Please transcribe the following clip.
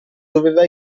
doveva